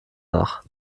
nach